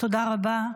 תודה רבה.